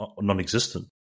non-existent